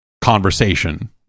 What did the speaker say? conversation